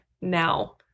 now